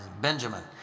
Benjamin